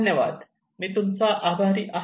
धन्यवाद मी तूमचा आभारी आहे